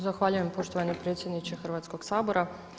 Zahvaljujem poštovani predsjedniče Hrvatskoga sabora.